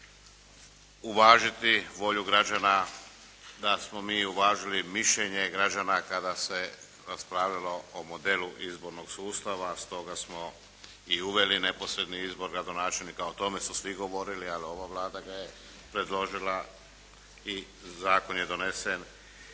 uvažiti volju građana, da smo mi uvažili mišljenje građana kada se raspravljalo o modelu izbornog sustava. Stoga smo i uveli neposredni izbor gradonačelnika. O tome su svi govorili, ali ova Vlada ga je predložila i zakon je donesen